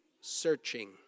searching